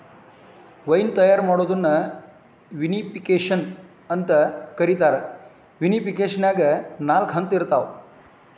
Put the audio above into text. wine ತಯಾರ್ ಮಾಡೋದನ್ನ vinification ಅಂತ ಕರೇತಾರ, ವಿನಿಫಿಕೇಷನ್ನ್ಯಾಗ ನಾಲ್ಕ ಹಂತ ಇರ್ತಾವ